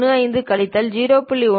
15 கழித்தல் 0